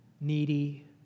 needy